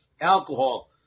alcohol